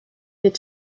het